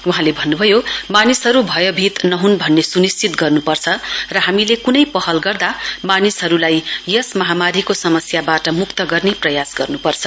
वहाँले भन्नुभयो मानिसहरु भयभीत नह्न् भन्ने सुनिश्चित गर्नुपर्छ र हामीले कुनै पनि पहल गर्दा यस महामारीको समस्यावाट मुक्त गर्ने प्रयास गर्नुपर्छ